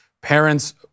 Parents